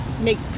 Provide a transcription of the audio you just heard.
make